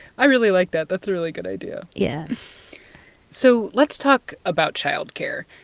i really like that. that's a really good idea yeah so let's talk about child care.